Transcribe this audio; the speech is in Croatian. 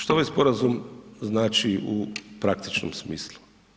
Što ovaj sporazum znači u praktičnom smislu?